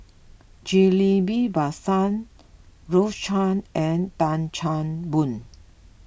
Ghillie Basan Rose Chan and Tan Chan Boon